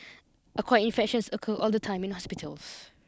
acquired infections occur all the time in hospitals